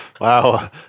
Wow